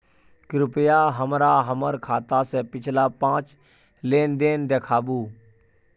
कृपया हमरा हमर खाता से पिछला पांच लेन देन देखाबु